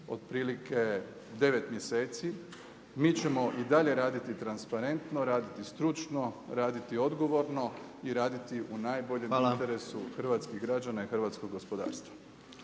otprilike devet mjeseci. Mi ćemo i dalje raditi transparentno, raditi stručno, raditi odgovorno i raditi u najboljem interesu hrvatskih građana i hrvatskog gospodarstva.